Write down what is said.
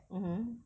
mmhmm